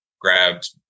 grabbed